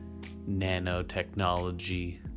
nanotechnology